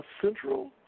Central